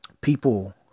people